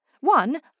One